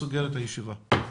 ואני סוגר את הישיבה.